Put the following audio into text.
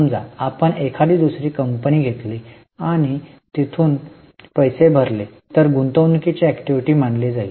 समजा आपण एखादी दुसरी कंपनी घेतली आणि तिथून पैसे भरले तर हा गुंतवणूकीचा ऍक्टिव्हिटी मानला जाईल